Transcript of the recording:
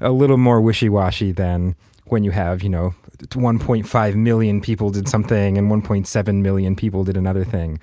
a little more wishy-washy than when you have you know one point five million people did something and one point seven million people did another thing.